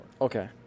Okay